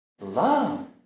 love